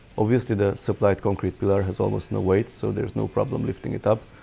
obviously the supplied concrete pillar has almost no weight so there's no problem lifting it up,